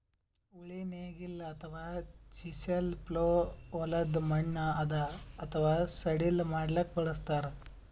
ಉಳಿ ನೇಗಿಲ್ ಅಥವಾ ಚಿಸೆಲ್ ಪ್ಲೊ ಹೊಲದ್ದ್ ಮಣ್ಣ್ ಹದಾ ಅಥವಾ ಸಡಿಲ್ ಮಾಡ್ಲಕ್ಕ್ ಬಳಸ್ತಾರ್